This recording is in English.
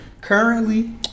currently